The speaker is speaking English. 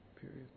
Period